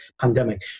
pandemic